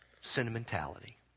sentimentality